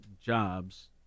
jobs